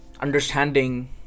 understanding